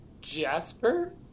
Jasper